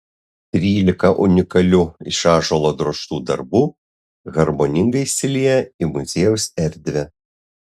trylika unikalių iš ąžuolo drožtų darbų harmoningai įsilieja į muziejaus erdvę